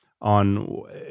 on